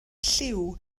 lliw